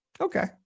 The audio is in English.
Okay